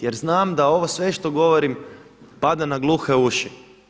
Jer znam da ovo sve što govorim pada na gluhe uši.